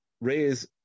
raise